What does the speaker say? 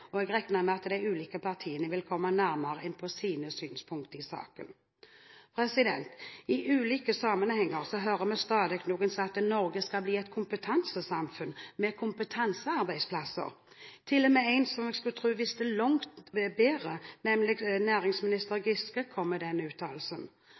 Jeg regner med at de ulike partiene vil komme nærmere inn på sine synspunkter i saken. I ulike sammenhenger hører vi stadig noen si at Norge skal bli et kompetansesamfunn med kompetansearbeidsplasser. Til og med en som man skulle tro visste langt bedre, nemlig næringsminister